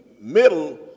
middle